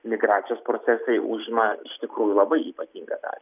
migracijos procesai užima iš tikrųjų labai ypatingą dalį